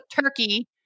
turkey